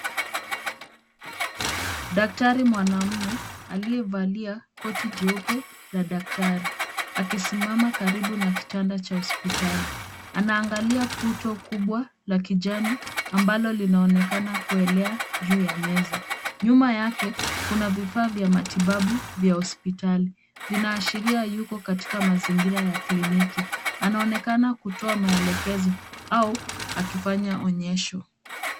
Daktari mwanamume aliyevalia koti jeupe la daktari akisimama karibu na kitanda cha hospitali. Anaangalia puto kubwa la kijani ambalo linaonekana kuelea juu ya meza. Nyuma yake kuna vifaa vya matibabu vya hospitali, vinaashiria yuko katika mazingira ya kliniki. Anaonekana kutoa maelekezo au akifanya onyesho.